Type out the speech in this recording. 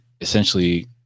essentially